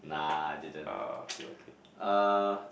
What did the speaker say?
nah I didn't uh